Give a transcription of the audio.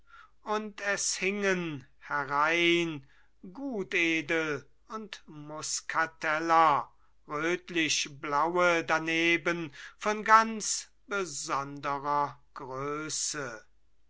und es hingen herein gutedel und muskateller rötlich blaue daneben von ganz besonderer größe